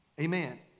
Amen